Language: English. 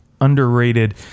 underrated